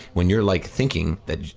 when you're like thinking that,